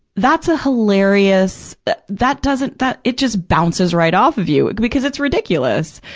that's a hilarious, that that doesn't, that, it just bounces right off of you, because it's ridiculous,